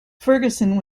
ferguson